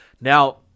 now